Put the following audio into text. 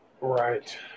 right